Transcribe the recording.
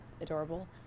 adorable